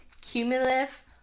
cumulative